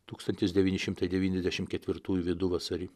tūkstantis devyni šimtai devyniasdešim ketvirtųjų viduvasarį